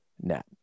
net